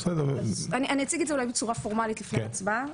אני אציג את זה בצורה פורמלית לפני ההצבעה.